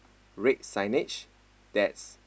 red signage that's